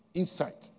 insight